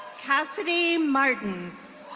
cassidy martins.